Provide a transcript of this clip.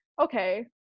okay